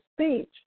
speech